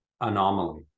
anomaly